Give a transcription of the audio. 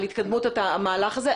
על התקדמות המהלך הזה.